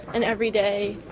and every day,